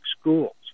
schools